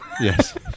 Yes